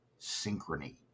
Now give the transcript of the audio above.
synchrony